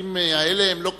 שהשטחים האלה הם לא כבושים,